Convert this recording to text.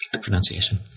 pronunciation